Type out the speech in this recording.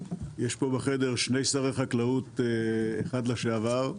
יש פה בחדר שני שרי חקלאות אחד לשעבר,